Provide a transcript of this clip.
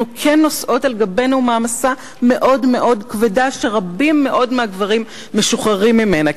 אנחנו כן נושאות על גבנו מעמסה כבדה שרבים מאוד מהגברים משוחררים ממנה,